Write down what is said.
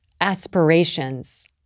aspirations